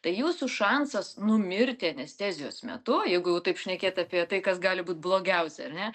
tai jūsų šansas numirti anestezijos metu jeigu jau taip šnekėt apie tai kas gali būt blogiausia ar ne